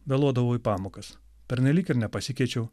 vėluodavau į pamokas pernelyg ir nepasikeičiau